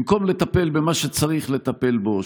במקום לטפל במה שצריך לטפל בו,